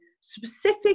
specific